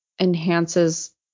enhances